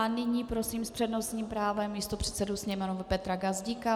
Nyní prosím s přednostním právem místopředsedu Sněmovny Petra Gazdíka.